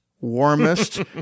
warmest